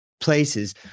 places